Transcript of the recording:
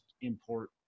import